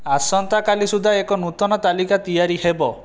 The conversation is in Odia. ଆସନ୍ତାକାଲି ସୁଦ୍ଧା ଏକ ନୂତନ ତାଲିକା ତିଆରି ହେବ